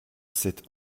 cette